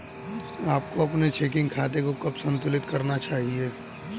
आपको अपने चेकिंग खाते को कब संतुलित करना चाहिए?